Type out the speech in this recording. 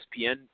ESPN